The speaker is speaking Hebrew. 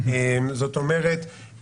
זאת אומרת,